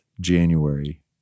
January